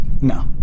No